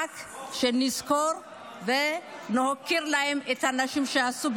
רק שנזכור ונוקיר אותם את האנשים שעשו,